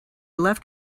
left